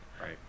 Right